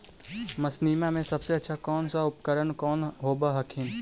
मसिनमा मे सबसे अच्छा कौन सा उपकरण कौन होब हखिन?